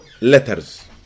letters